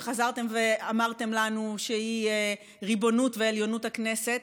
שחזרתם ואמרתם לנו שהיא ריבונות ועליונות הכנסת,